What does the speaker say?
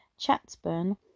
Chatsburn